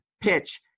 PITCH